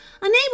unable